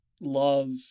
love